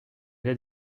lait